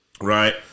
Right